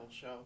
show